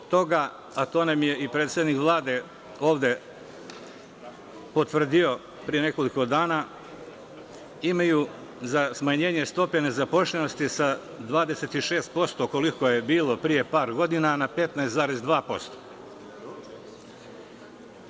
Rezultati toga, a to nam je i predsednik Vlade ovde potvrdio pre nekoliko dana, imaju za smanjenje stope nezaposlenosti sa 26%, koliko je bilo pre par godina, na 15,2%